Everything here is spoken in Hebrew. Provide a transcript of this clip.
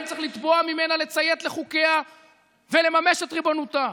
צריך לתבוע ממנה לציית לחוקיה ולממש את ריבונותה.